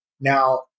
Now